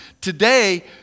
today